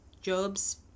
Job's